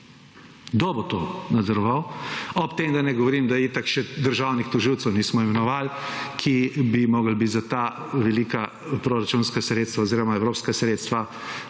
Kdo bo to nadzoroval. Ob tem, da ne govorim, da itak še državnih tožilcev nismo imenovali, ki bi mogli biti za ta velika proračunska sredstva oziroma evropska sredstva